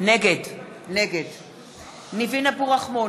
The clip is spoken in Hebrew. נגד ניבין אבו רחמון,